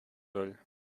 soll